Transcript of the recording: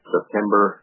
September